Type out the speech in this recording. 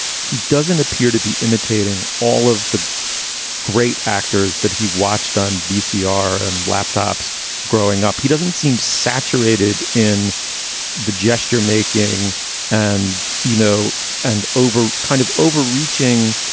he doesn't appear to be imitating all of the great actors that he watched on vcr and laptops growing up he doesn't seem saturated in the gesture making and know and over kind of overreaching,